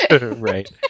right